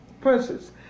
princes